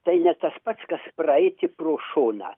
tai ne tas pats kas praeiti pro šoną